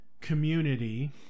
community